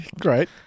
Great